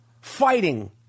fighting